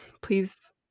please